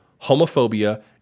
homophobia